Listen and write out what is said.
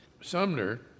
Sumner